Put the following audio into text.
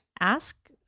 ask